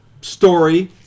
story